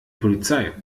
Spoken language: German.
polizei